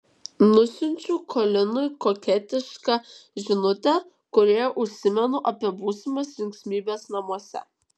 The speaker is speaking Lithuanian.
nusiunčiu kolinui koketišką žinutę kurioje užsimenu apie būsimas linksmybes namuose